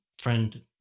friend